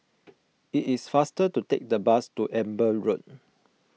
it is faster to take the bus to Amber Road